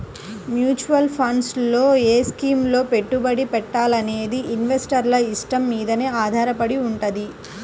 mutual funds లో ఏ స్కీముల్లో పెట్టుబడి పెట్టాలనేది ఇన్వెస్టర్ల ఇష్టం మీదనే ఆధారపడి వుంటది